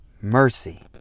mercy